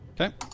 Okay